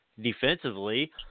defensively